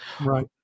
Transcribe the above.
Right